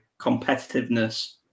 competitiveness